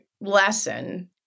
lesson